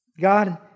God